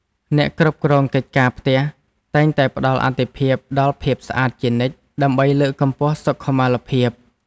អ្នកគ្រប់គ្រងកិច្ចការផ្ទះតែងតែផ្តល់អាទិភាពដល់ភាពស្អាតជានិច្ចដើម្បីលើកកម្ពស់សុខុមាលភាព។